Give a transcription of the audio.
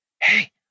hey